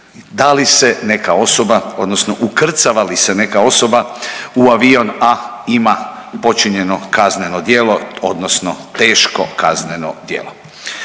da li se neka osoba, odnosno ukrcava li se neka osoba u avion a ima počinjeno kazneno djelo odnosno teško kazneno djelo.